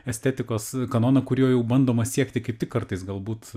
estetikos kanoną kurio jau bandoma siekti kaip tik kartais galbūt